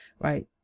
right